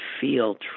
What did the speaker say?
feel